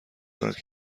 دارد